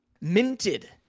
minted